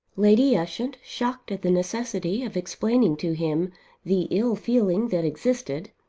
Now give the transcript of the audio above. lady ushant, shocked at the necessity of explaining to him the ill feeling that existed,